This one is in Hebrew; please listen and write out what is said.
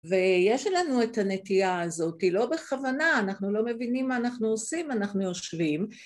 ויש לנו את הנטייה הזאת, היא לא בכוונה, אנחנו לא מבינים מה אנחנו עושים, אנחנו יושבים ומדברים על כך הרבה זמן ולבסוף הצלחנו לגרום לזה שתהיה תרופה שמתאימה לחולים